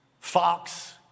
fox